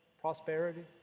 prosperity